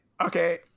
okay